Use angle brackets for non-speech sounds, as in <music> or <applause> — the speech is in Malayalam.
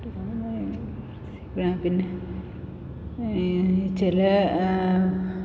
<unintelligible> ആ പിന്നെ ഈ ചില